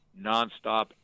nonstop